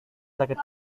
sakit